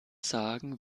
sagen